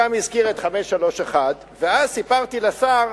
והוא גם הזכיר את 531. אז סיפרתי לשר,